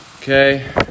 Okay